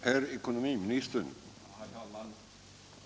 Herr talman!